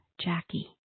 Jackie